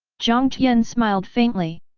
jiang tian smiled faintly.